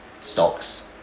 stocks